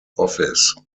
office